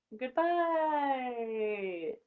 Goodbye